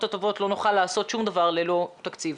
הטובות לא נוכל לעשות שום דבר ללא תקציב.